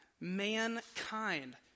mankind